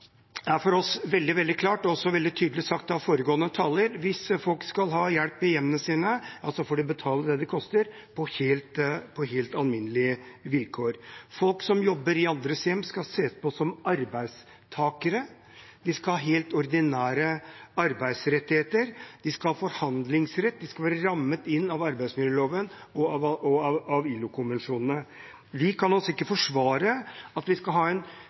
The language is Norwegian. er for oss veldig, veldig klart, og det er også veldig tydelig sagt av foregående taler: Hvis folk skal ha hjelp i hjemmet, får de betale det det koster på helt alminnelig vilkår. Folk som jobber i andres hjem, skal ses på som arbeidstakere. De skal ha helt ordinære arbeidsrettigheter, de skal ha forhandlingsrett, det skal være rammet inn av arbeidsmiljøloven og av ILO-konvensjonene. Vi kan ikke forsvare at vi skal ha en